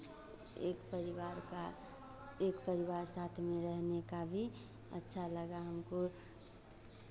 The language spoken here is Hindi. एक परिवार का एक परिवार साथ में रहने का भी अच्छा लगा हमको